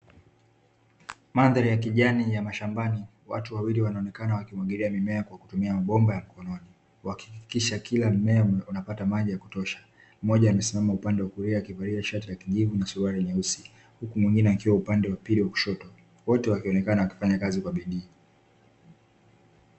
Mandhari ya kijani ya mashambani, watu wawili wanaonekana wakimwagilia mimea kwa kutumia mabomba ya mkononi, wakihakikisha kila mmea unapata maji ya kutosha, mmoja amesimama upande wa kulia akivalia shati ya kijivu na suruali nyeusi, mwingine akiwa upande wa pili wa kushoto wote wakionekana wakifanya kazi kwa bidii.